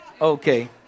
Okay